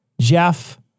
jeff